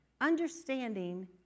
Understanding